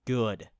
good